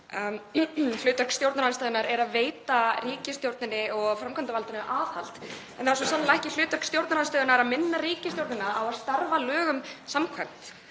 Hlutverk stjórnarandstöðunnar er að veita ríkisstjórninni og framkvæmdarvaldinu aðhald en það er svo sannarlega ekki hlutverk stjórnarandstöðunnar að minna ríkisstjórnina á að starfa lögum samkvæmt